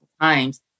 times